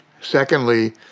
Secondly